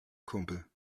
kumpel